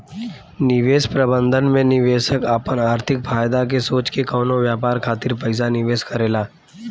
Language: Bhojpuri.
निवेश प्रबंधन में निवेशक आपन आर्थिक फायदा के सोच के कवनो व्यापार खातिर पइसा निवेश करेला